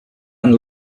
and